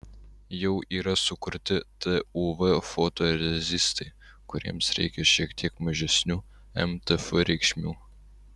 jau yra sukurti tuv fotorezistai kuriems reikia šiek tiek mažesnių mtf reikšmių